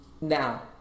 Now